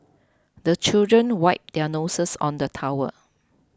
the children wipe their noses on the towel